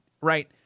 right